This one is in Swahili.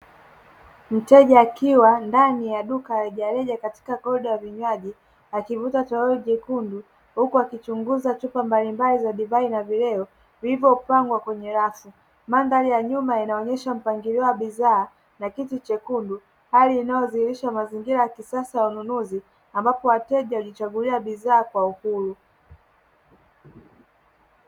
Mteja akiwa ndani ya duka la rejareja katika boda ya vinywaji akivu tololi jekundu. Huku akichunguza chupa mbalimbali za divai na vileo vilivyo kupangwa kwenye rafu. Mandhari ya nyuma inaonyesha mpangilio wa bidhaa na kiti chekundu. Hali inayodhihirisha mazingira ya kisasa ununuzi ambapo wateja bidhaa kwa uhuru.